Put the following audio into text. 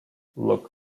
look